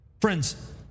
Friends